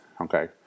okay